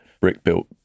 brick-built